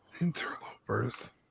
Interlopers